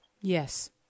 Yes